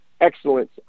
excellence